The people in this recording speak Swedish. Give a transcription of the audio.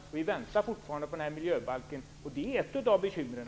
Vi väntar fortfarande på miljöbalken, och det är ett av bekymren.